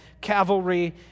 cavalry